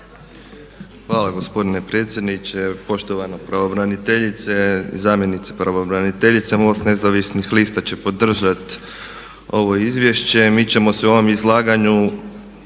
Hvala gospodine predsjedniče, poštovana pravobraniteljice, zamjenice pravobraniteljice. MOST nezavisnih lista će podržati ovo izvješće. Mi ćemo se u ovom izlaganju